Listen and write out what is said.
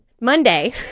Monday